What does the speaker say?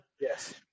Yes